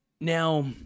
Now